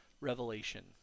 revelation